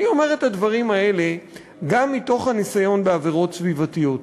אני אומר את הדברים האלה גם מתוך הניסיון בעבירות סביבתיות.